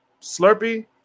Slurpee